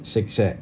Shake Shack